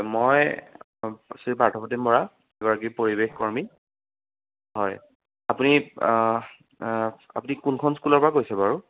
মই শ্ৰী প্ৰাৰ্থৱতিম বৰা এগৰাকী পৰিৱেশ কৰ্মী হয় আপুনি আপুনি কোনখন স্কুলৰ পৰা কৈছে বাৰু